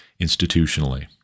institutionally